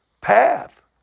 path